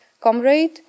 comrade